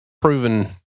proven